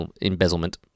embezzlement